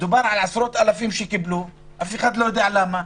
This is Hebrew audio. מדובר על עשרות אלפים שקיבלו, אף אחד לא יודע למה.